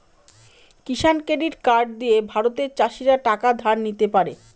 কিষান credit card দিয়ে ভারতের চাষীরা টাকা ধার নিতে পারে